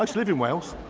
um live in wales!